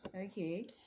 Okay